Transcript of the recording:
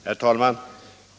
Herr talman!